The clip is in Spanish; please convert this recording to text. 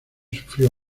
sufrió